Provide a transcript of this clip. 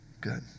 Good